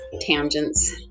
tangents